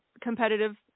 competitive